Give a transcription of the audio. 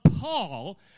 Paul